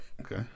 okay